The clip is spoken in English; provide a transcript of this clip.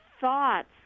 thoughts